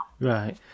Right